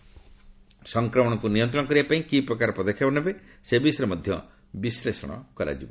ସଫକ୍ରମଣକୁ ନିୟନ୍ତ୍ରଣ କରିବା ପାଇଁ କି ପ୍ରକାର ପଦକ୍ଷେପ ନେବେ ସେ ବିଷୟରେ ମଧ୍ୟ ବିଶ୍ଳେଷଣ କରାଯିବ